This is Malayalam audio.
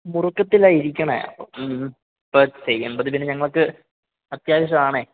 മുറുക്കത്തിലാണ് ഇരിക്കണത് മ്മ് ഇപ്പോൾ ചെയ്യണ്ടത് പിന്നെ ഞങ്ങൾക്ക് അത്യാവശ്യാമാണ്